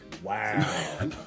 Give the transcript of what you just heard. wow